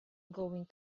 going